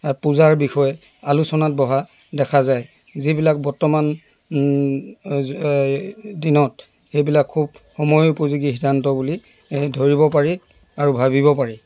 পূজাৰ বিষয়ে আলোচনাত বহা দেখা যায় যিবিলাক বৰ্তমান এই দিনত সেইবিলাক খুব সময় উপযোগী সিদ্ধান্ত বুলি এই ধৰিব পাৰি আৰু ভাবিব পাৰি